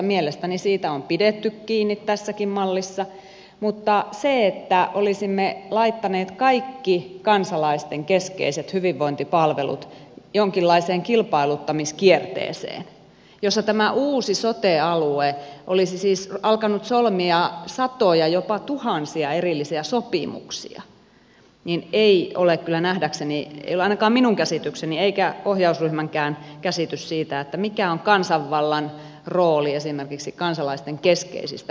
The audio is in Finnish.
mielestäni siitä on pidetty kiinni tässäkin mallissa mutta se että olisimme laittaneet kaikki kansalaisten keskeiset hyvinvointipalvelut jonkinlaiseen kilpailuttamiskierteeseen jossa tämä uusi sote alue olisi siis alkanut solmia satoja jopa tuhansia erillisiä sopimuksia ei ole kyllä ainakaan minun käsitykseni eikä ohjausryhmänkään käsitys siitä mikä on kansanvallan rooli esimerkiksi kansalaisten keskeisissä hyvinvointipalveluissa